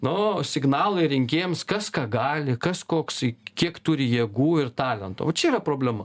nu signalai rinkėjams kas ką gali kas koks kiek turi jėgų ir talento va čia yra problema